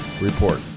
Report